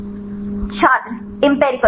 आकार और रासायनिक पूरक छात्र एम्पिरिकल